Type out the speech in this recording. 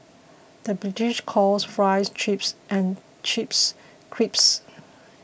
the British calls Fries Chips and Chips Crisps